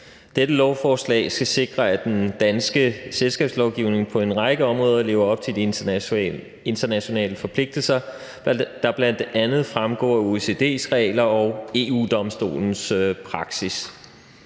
Dette lovforslag skal sikre, at den danske selskabslovgivning på en række områder lever op til de internationale forpligtelser, der bl.a. fremgår af OECD's regler og EU-Domstolens praksis.